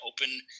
open